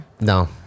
No